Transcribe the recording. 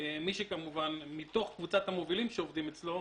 מי שכמובן, מתוך קבוצת המובילים שעובדים אצלו,